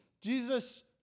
Jesus